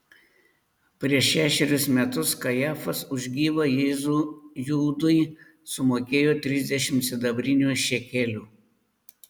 prieš šešerius metus kajafas už gyvą jėzų judui sumokėjo trisdešimt sidabrinių šekelių